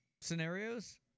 scenarios